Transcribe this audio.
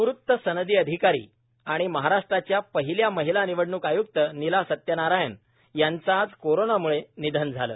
निवृत्त सनदी अधिकारी आणि महाराष्ट्राच्या पहिल्या महिलानिवडणूक आय्क्त नीला सत्यनारायण यांचं आज कोरोनामुळं निधन झालं